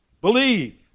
believe